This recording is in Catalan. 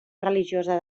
religiosa